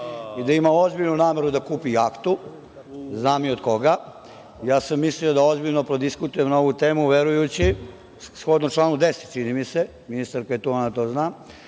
i da je imao ozbiljnu nameru da kupi jahtu, znam i od koga, ja sam mislio da ozbiljno prodiskutujem na ovu temu, verujući, shodno članu 10, čini mi se, ministarka je tu, ona to zna,